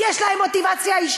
היום התחלתם את זה גם על המשטרה.